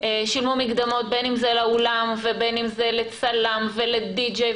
בין אם לאולם ובין אם לצלם ולדי-ג'י.